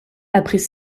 après